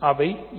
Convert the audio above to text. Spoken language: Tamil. அவை என்ன